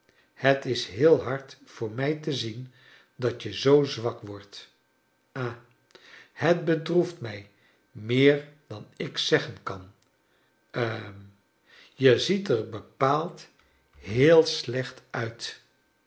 het is heel hard voor mij te zien dat je zoo zwak wordt ha het bedroeft mij meer dan ik zeggen kan hm je ziet er bepaald heel slecht charles dickens uit